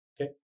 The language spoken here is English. Okay